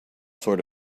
sort